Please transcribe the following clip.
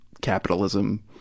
capitalism